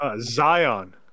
Zion